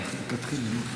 הכדורים.